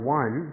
one